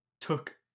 took